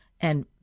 and-